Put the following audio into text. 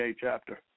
chapter